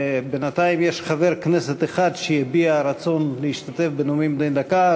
בינתיים יש חבר כנסת אחד שהביע רצון להשתתף בנאומים בני דקה,